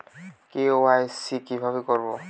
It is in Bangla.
কে.ওয়াই.সি কিভাবে করব?